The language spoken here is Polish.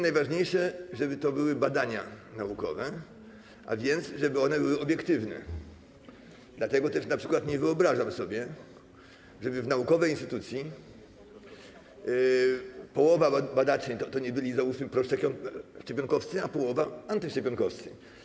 Najważniejsze, żeby to były badania naukowe, a więc żeby były obiektywne, dlatego też np. nie wyobrażam sobie, żeby w naukowej instytucji połowa badaczy to nie byli, załóżmy, proszczepionkowcy, a połowa antyszczepionkowcy.